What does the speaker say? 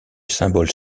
symbole